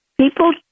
people